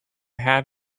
had